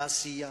לעשייה,